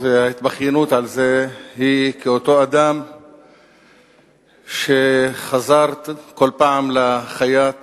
וההתבכיינות על זה הם כאותו אדם שחזר כל פעם לחייט